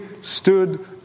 stood